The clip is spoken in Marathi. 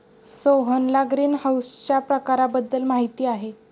सोहनला ग्रीनहाऊसच्या प्रकारांबद्दल माहिती आहे